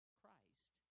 Christ